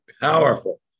powerful